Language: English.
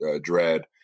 Dread